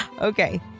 Okay